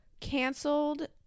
canceled